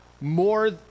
more